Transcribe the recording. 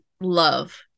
love